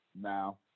Now